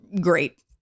great